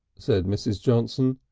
said mrs. johnson.